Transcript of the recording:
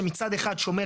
מצד אחד שומר,